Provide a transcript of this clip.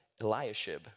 Eliashib